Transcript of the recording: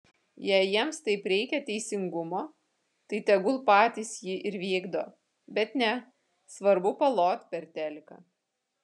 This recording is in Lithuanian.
jei jiems taip reikia teisingumo tai tegul patys jį ir vykdo bet ne svarbu palot per teliką